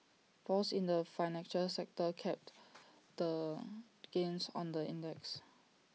falls in the financial sector capped the gains on the index